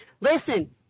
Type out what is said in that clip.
Listen